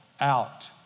out